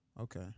Okay